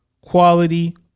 quality